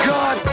God